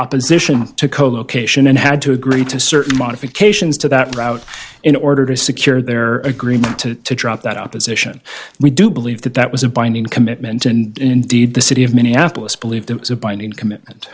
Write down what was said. opposition to co location and had to agree to certain modifications to that route in order to secure their agreement to drop that opposition we do believe that that was a binding commitment and indeed the city of minneapolis believed it was a binding commit